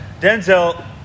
Denzel